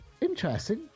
Interesting